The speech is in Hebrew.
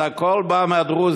זה הכול בא מהדרוזים.